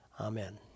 Amen